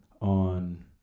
on